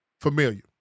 familiar